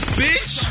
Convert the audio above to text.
bitch